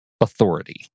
authority